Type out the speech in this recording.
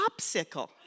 popsicle